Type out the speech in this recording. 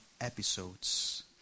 episodes